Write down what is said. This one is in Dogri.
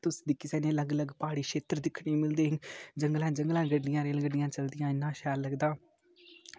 तुस दिक्खी सकदे अलग अलग प्हाड़ी खेत्तर दिक्खने गी मिलदे जंगलै जंगलै रेलगड्डियां चलदियां इ'न्ना शैल लगदा